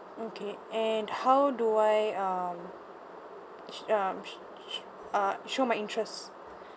okay and how do I um um s~ uh show my interest